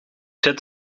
zet